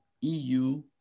EU